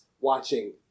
watching